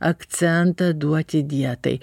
akcentą duoti dietai